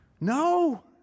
No